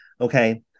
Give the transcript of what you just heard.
okay